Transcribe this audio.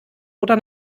oder